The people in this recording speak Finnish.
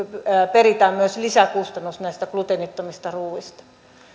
peritään myös lisäkustannus näistä gluteenittomista ruuista